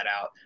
out